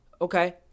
Okay